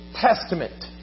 Testament